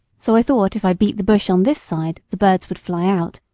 so i thought if i beat the bush on this side the birds would fly out,